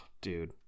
dude